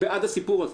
בעד הסיפור הזה.